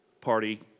Party